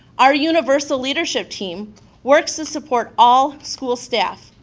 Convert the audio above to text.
our universal leadership team works to support all school staff,